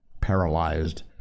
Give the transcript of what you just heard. paralyzed